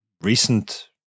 recent